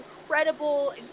incredible